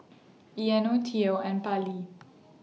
Eino Theo and Pallie